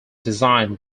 designed